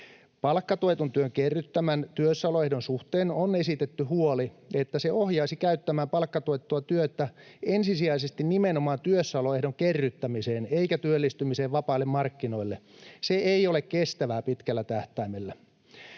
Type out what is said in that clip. Palkkatuetun työn kerryttämän työssäoloehdon suhteen on esitetty huoli, että se ohjaisi käyttämään palkkatuettua työtä ensisijaisesti nimenomaan työssäoloehdon kerryttämiseen eikä työllistymiseen vapaille markkinoille. Se ei ole kestävää pitkällä tähtäimellä.